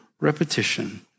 repetition